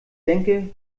denke